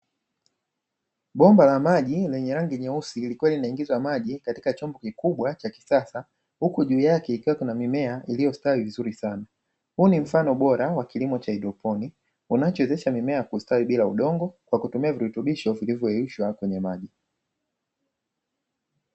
Bomba la maji lenye rangi nyeusi likiwa linaingiza maji katika chombo kikubwa cha kisasa, huku juu yake ikiwa kuna mimea iliyostawi vizuri. Huu ni mfano bora wa kilimo cha haidroponi unachowezesha mimea kustawi bila kutumia udongo kwa kutumia virutubisho vilivyoyeyushwa kwenye maji.